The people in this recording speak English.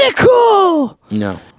No